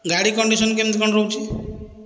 ଗାଡି କଣ୍ଡିସନ କେମିତି କଣ ରହୁଛି